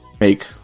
make